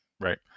right